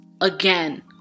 again